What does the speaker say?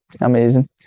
Amazing